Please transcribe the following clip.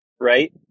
right